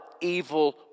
evil